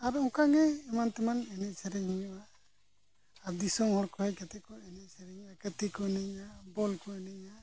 ᱟᱨ ᱚᱱᱠᱟᱜᱮ ᱮᱢᱟᱱ ᱛᱮᱭᱟᱜ ᱮᱱᱮᱡ ᱥᱮᱨᱮᱧ ᱦᱩᱭᱩᱜᱼᱟ ᱟᱨ ᱫᱤᱥᱚᱢ ᱦᱚᱲ ᱠᱚ ᱦᱮᱡ ᱠᱟᱛᱮᱫ ᱠᱚ ᱮᱱᱮᱡ ᱥᱮᱨᱮᱧᱟ ᱠᱟᱹᱛᱤ ᱠᱚ ᱮᱱᱮᱡᱟ ᱵᱚᱞ ᱠᱚ ᱮᱱᱮᱡᱟ